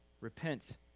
Repent